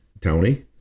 Tony